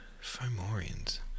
Fomorians